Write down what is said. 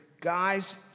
guys